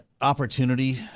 opportunity